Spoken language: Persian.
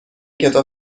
کتاب